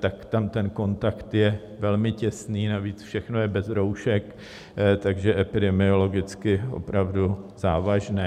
tak tam ten kontakt je velmi těsný, navíc všechno je bez roušek, takže epidemiologicky opravdu závažné.